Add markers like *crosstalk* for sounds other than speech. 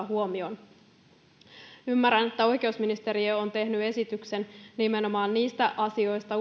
ottaa huomioon ymmärrän että oikeusministeriö on tehnyt esityksen nimenomaan niistä asioista *unintelligible*